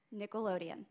Nickelodeon